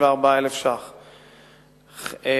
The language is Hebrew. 34,000 שקלים,